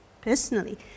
personally